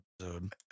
episode